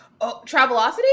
Travelocity